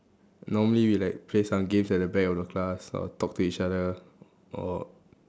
normally we like play some games at the back of the class or talk to each other or